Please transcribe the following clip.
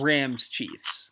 Rams-Chiefs